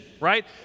right